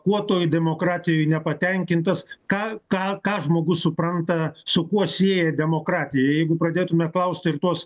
kuo toj demokratijoj nepatenkintas ką ką ką žmogus supranta su kuo sieja demokratiją jeigu pradėtume klausti ir tuos